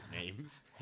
names